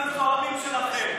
שלכם?